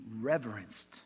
reverenced